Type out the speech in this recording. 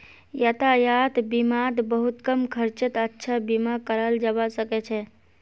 यातायात बीमात बहुत कम खर्चत अच्छा बीमा कराल जबा सके छै